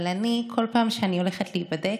אבל אני, בכל פעם שאני הולכת להיבדק,